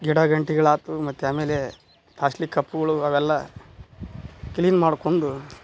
ಗಿಡ ಗಂಟಿಗಳು ಆಯ್ತು ಮತ್ತು ಆಮೇಲೆ ಪ್ಲಾಸ್ಟ್ಲಿಕ್ ಕಪ್ಪುಗಳು ಅವೆಲ್ಲ ಕ್ಲೀನ್ ಮಾಡಿಕೊಂಡು